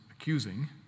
accusing